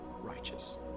righteous